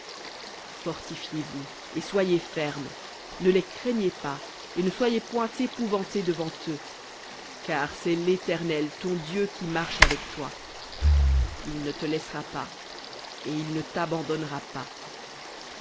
fortifiez vous et soyez fermes ne les craignez pas et ne soyez point épouvantés devant eux car c'est l'éternel ton dieu qui marche avec toi il ne te laissera pas et il ne t'abandonnera pas